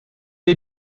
est